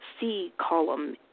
C-column